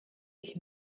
ich